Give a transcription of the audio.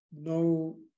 No